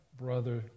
brother